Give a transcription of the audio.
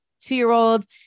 two-year-old